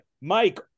Mike